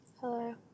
Hello